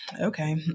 okay